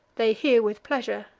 they hear with pleasure,